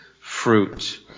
fruit